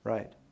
Right